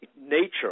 nature